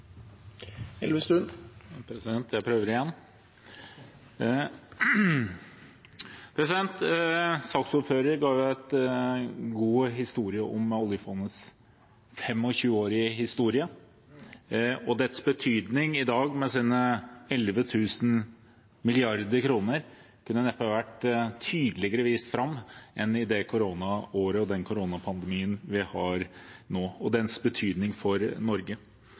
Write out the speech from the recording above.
ga oss en god historiefortelling om oljefondets 25-årige historie, og dets betydning for Norge i dag, med sine 11 000 mrd. kr, kunne neppe vært tydeligere vist fram enn i koronaåret og under den koronapandemien vi har nå. Fondet har gjennom hele sin historie vært ledet med tydelige politiske rammer og